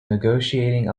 negotiating